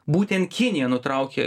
būtent kinija nutraukė